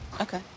Okay